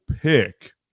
pick